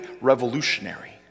revolutionary